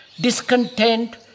discontent